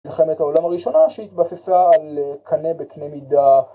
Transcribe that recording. מלחמת העולם הראשונה שהתבססה על קנה בקנה מידה